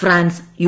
France U